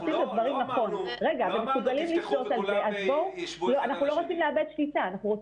אנחנו לא אמרנו תפתחו וכולם ישבו אחד על השני.